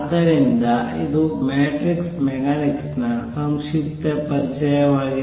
ಆದ್ದರಿಂದ ಇದು matrix mechanics ನ ಸಂಕ್ಷಿಪ್ತ ಪರಿಚಯವಾಗಿದೆ